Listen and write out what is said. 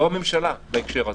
לא הממשלה בהקשר הזה.